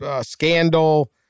scandal